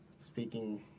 speaking